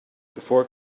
before